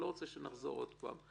אני לא רוצה לחזור עוד פעם.